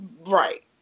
Right